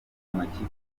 amakipe